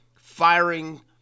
firing